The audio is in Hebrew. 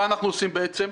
מה אנחנו עושים בעצם?